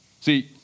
See